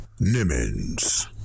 Nimmons